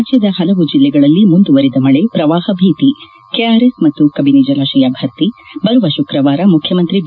ರಾಜ್ಯದ ಹಲವು ಜಿಲ್ಲೆಗಳಲ್ಲಿ ಮುಂದುವರಿದ ಮಳೆ ಪ್ರವಾಹ ಭೀತಿ ಕೆಆರ್ಎಸ್ ಮತ್ತು ಕಬಿನಿ ಜಲಾಶಯ ಭರ್ತಿ ಬರುವ ಶುಕ್ರವಾರ ಮುಖ್ಯಮಂತ್ರಿ ಬಿ